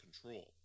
control